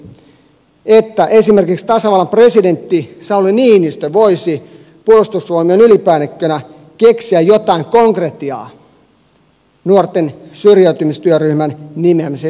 toivoisin että esimerkiksi tasavallan presidentti sauli niinistö voisi puolustusvoimien ylipäällikkönä keksiä tähän jotain konkretiaa nuorten syrjäytymistyöryhmän nimeämisen lisäksi